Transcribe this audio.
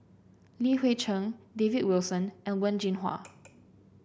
Li Hui Cheng David Wilson and Wen Jinhua